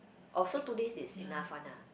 oh so two days is enough one ah